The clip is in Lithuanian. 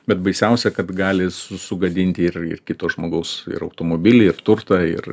bet baisiausia kad gali su sugadinti ir ir kito žmogaus ir automobilį ir turtą ir